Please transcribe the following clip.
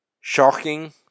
shocking